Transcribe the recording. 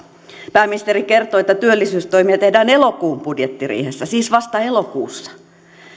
pääministeri kertoi että työllisyystoimia tehdään elokuun budjettiriihessä siis vasta elokuussa